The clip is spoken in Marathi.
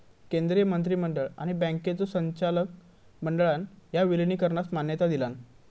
केंद्रीय मंत्रिमंडळ आणि बँकांच्यो संचालक मंडळान ह्या विलीनीकरणास मान्यता दिलान